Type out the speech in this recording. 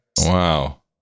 wow